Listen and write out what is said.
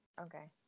Okay